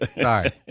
sorry